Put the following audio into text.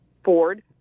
Ford